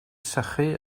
sychu